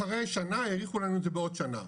אחרי שנה האריכו לנו את זה בעוד שנה,